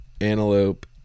Antelope